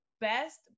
best